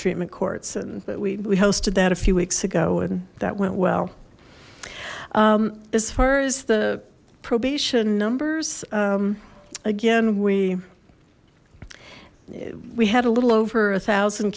treatment courts and that we hosted that a few weeks ago and that went well as far as the probation numbers again we we had a little over a thousand